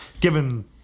given